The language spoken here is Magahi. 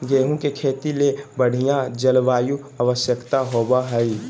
गेहूँ के खेती ले बढ़िया जलवायु आवश्यकता होबो हइ